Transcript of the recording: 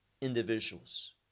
individuals